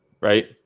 right